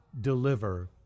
deliver